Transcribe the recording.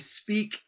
speak